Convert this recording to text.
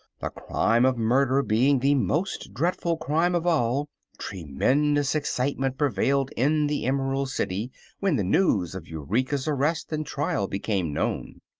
the crime of murder being the most dreadful crime of all, tremendous excitement prevailed in the emerald city when the news of eureka's arrest and trial became known.